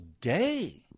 day